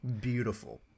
beautiful